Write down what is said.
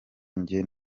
njye